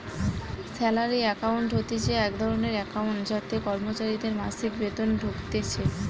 salary account হতিছে এক ধরণের একাউন্ট যাতে কর্মচারীদের মাসিক বেতন ঢুকতিছে